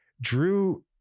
Drew